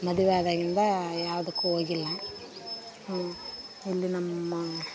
ಮದುವೆ ಆದಾಗಿಂದ ಯಾವ್ದಕ್ಕು ಹೋಗಿಲ್ಲ ಇಲ್ಲಿ ನಮ್ಮ